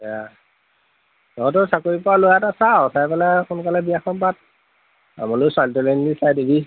চাকৰি পোৱা ল'ৰা এটা চা আৰু চাই পেলাই সোনকালে বিয়াখন পাত আমালৈও ছোৱালী তোৱালী এজনী চাই দিবি